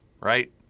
right